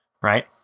right